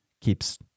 keeps